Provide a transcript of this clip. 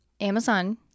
Amazon